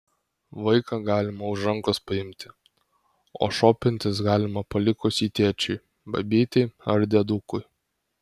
vaiką galima už rankos paimti o šopintis galima palikus jį tėčiui babytei ar diedukui